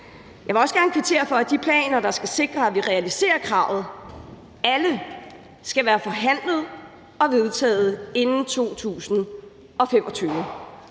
Jeg vil også gerne kvittere for, at de planer, der skal sikre, at vi realiserer kravet, alle skal være forhandlet og vedtaget inden 2025.